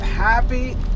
happy